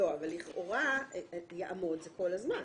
לכאורה יעמוד זה כל הזמן.